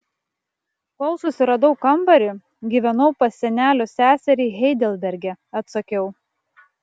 kol susiradau kambarį gyvenau pas senelio seserį heidelberge atsakiau